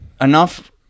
Enough